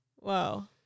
Wow